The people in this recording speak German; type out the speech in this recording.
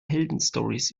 heldenstorys